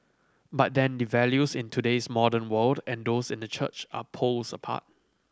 but then the values in today's modern world and those in the church are poles apart